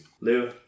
Lou